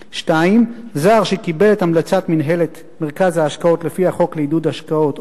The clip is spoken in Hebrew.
2. זר שקיבל את המלצת מינהלת מרכז ההשקעות לפי החוק לעידוד השקעות הון,